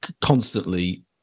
constantly